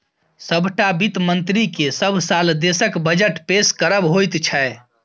सभटा वित्त मन्त्रीकेँ सभ साल देशक बजट पेश करब होइत छै